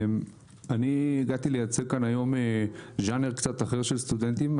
אני הגעתי לייצג כאן היום ז'אנר קצת אחר של סטודנטים.